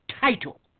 title